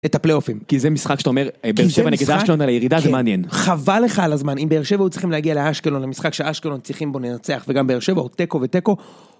את הפלייאופים. כי זה משחק שאתה אומר, באר שבע נגד אשקלון על הירידה זה מעניין. חבל לך על הזמן, אם באר שבע היו צריכים להגיע לאשקלון, למשחק שאשקלון צריכים בו לנצח, וגם באר שבע או תיקו ותיקו...